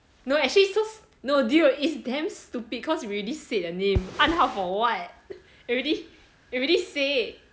no actually so no dude is damn stupid cause you already said the name 暗号 for what already already say